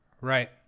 Right